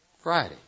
Friday